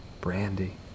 brandy